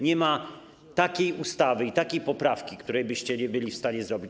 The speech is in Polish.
Nie ma takiej ustawy i takiej poprawki, której byście nie byli w stanie zrobić.